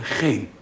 geen